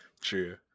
true